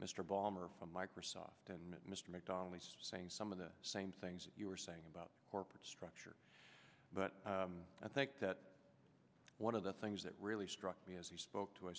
mr bomber from microsoft and mr mcdonnell saying some of the same things that you were saying about corporate structure but i think that one of the things that really struck me as he spoke to